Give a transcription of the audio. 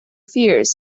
fears